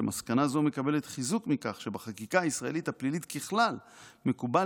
שמסקנה זו מקבלת חיזוק מכך שבחקיקה הישראלית הפלילית ככלל מקובל